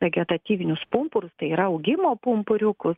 vegetatyvinius pumpurus tai yra augimo pumpuriukus